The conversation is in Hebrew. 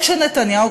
רק שנתניהו,